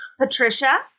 Patricia